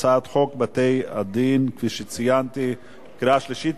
הצעת חוק בתי-דין דתיים